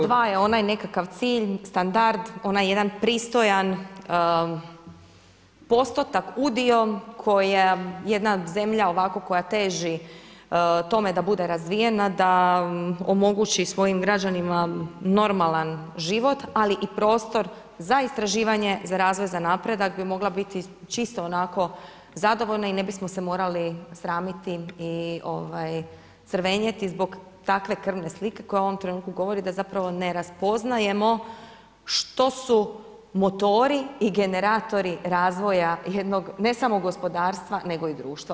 Dva je onaj nekakav cilj, standard, onaj jedan pristojan postotak, udio koji jedna zemlja ovako koja teži tome da bude razvijena, da omogući svojim građanima normalan život, ali i prostor za istraživanje, za razvoj, za napredak bi mogla biti čisto onako zadovoljna i ne bismo se morali sramiti i crvenjeti zbog takve krvne slike koja u ovom trenutku govori da zapravo ne raspoznajemo što su motori i generatori razvoja jednog ne samo gospodarstva nego i društva.